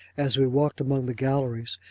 as we walked along the galleries,